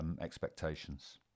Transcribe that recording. expectations